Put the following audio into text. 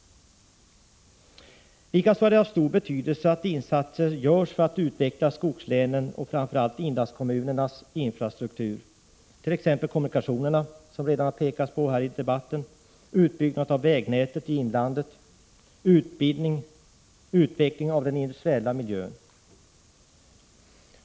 Likaså är det av stor betydelse att insatser görs för att utveckla skogslänen, framför allt inlandskommunernas infrastruktur, t.ex. kommunikationerna, som redan påpekats i debatten, utbyggnaden av vägnätet i inlandet och utvecklingen av den industriella miljön.